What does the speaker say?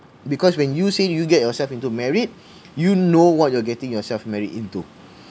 because when you say you get yourself into married you know what you're getting yourself married into